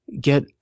get